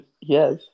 Yes